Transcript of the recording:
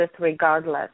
regardless